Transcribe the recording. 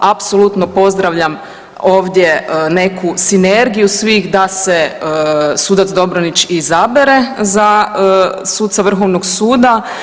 Apsolutno pozdravljam ovdje neku sinergiju svih da se sudac Dobronić izabere za suca Vrhovnog suda.